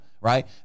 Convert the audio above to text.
right